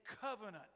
covenant